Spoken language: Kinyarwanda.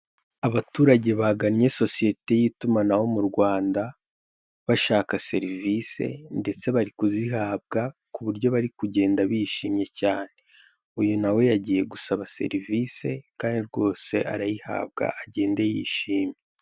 Abaturage baganye sosiyete y'itumanaho mu Rwanda bashaka serivise ndetse bari kuzihabwa ku buryo bari kugenda bishimye uyu nawe yagiye gusaba serivise kandi rwose arayihabwa agende yishimye.